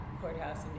courthouse